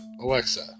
Alexa